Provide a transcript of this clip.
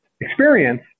experience